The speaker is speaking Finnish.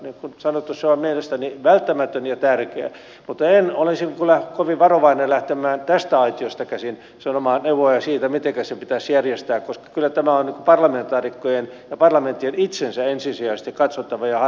niin kuin sanottu se on mielestäni välttämätön ja tärkeä mutta olisin kyllä kovin varovainen lähtemään tästä aitiosta käsin sanomaan neuvoja siitä mitenkä se pitäisi järjestää koska kyllä tämä on parlamentaarikkojen ja parlamenttien itsensä ensisijaisesti katsottava ja harkittava